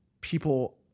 people